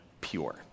pure